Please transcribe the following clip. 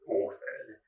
authored